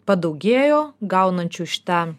padaugėjo gaunančių šitą